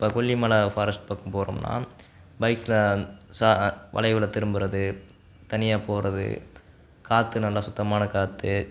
இப்போ கொல்லிமலை ஃபாரஸ்ட் பக்கம் போகிறோம்னா பைக்ஸ்சில் ச அ வளைவில் திரும்புகிறது தனியாக போகிறது காற்று நல்லா சுத்தமான காற்று